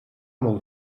molt